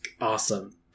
Awesome